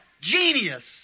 genius